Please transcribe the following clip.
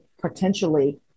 potentially